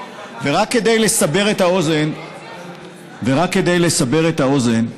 ורק כדי לסבר את האוזן, ורק כדי לסבר את האוזן,